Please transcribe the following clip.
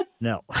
No